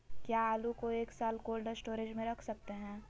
क्या आलू को एक साल कोल्ड स्टोरेज में रख सकते हैं?